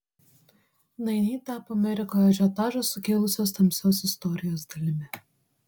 nainiai tapo amerikoje ažiotažą sukėlusios tamsios istorijos dalimi